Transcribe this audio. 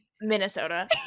Minnesota